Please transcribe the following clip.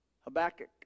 Habakkuk